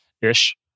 ish